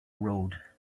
road